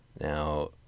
Now